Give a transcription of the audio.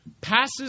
passes